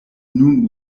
nun